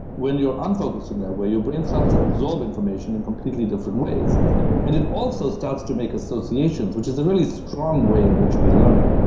when you're unfocused in that way your brain starts to absorb information in completely different ways and it also starts to make associations, which is a really strong way in which we learn,